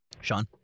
Sean